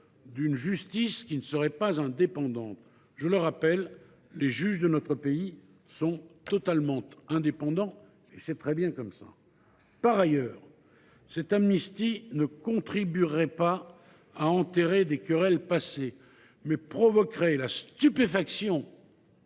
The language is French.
la justice ne serait pas indépendante. Je le rappelle, les juges de notre pays sont totalement indépendants, et c’est très bien ainsi. Ah ! Par ailleurs, cette amnistie ne contribuerait pas à enterrer des querelles passées. Elle provoquerait la stupéfaction